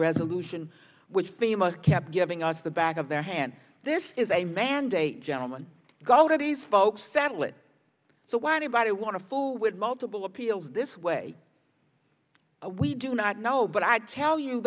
resolution which famous kept giving us the back of their hand there is a mandate gentleman go to these folks settle it so why anybody want to forward multiple appeals this way we do not know but i tell you